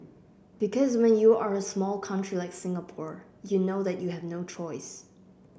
because when you are a small country like Singapore you know that you have no choice